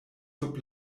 sub